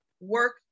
work